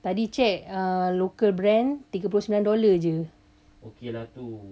tadi check uh local brand tiga puluh sembilan dollar jer